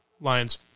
Lions